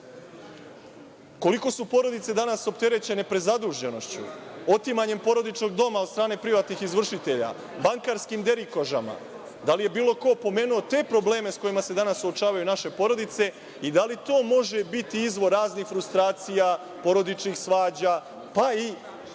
Koliko su porodice danas preopterećene prezaduženošću, otimanjem porodičnog doma od strane privatnih izvršitelja, bankarskim derikožama? Da li je bilo ko pomenuo te probleme sa kojima se suočavaju naše porodice i da li to može biti izvor raznih frustracija, porodičnih svađa, pa i